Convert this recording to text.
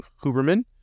Huberman